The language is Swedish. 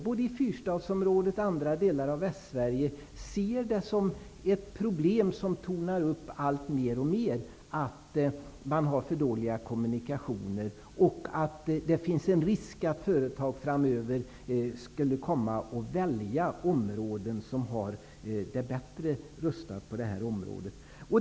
Både i fyrstadsområdet och i andra delar av Västsverige ser man det mer och mer som ett problem som tornar upp alltmer att man har för dåliga kommunikationer och att det finns en risk för att företag framöver kan komma att välja områden som är bättre rustade på detta område.